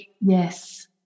Yes